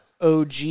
og